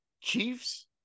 Chiefs